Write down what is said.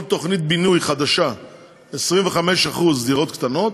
תוכנית בינוי חדשה 25% דירות קטנות,